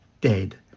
dead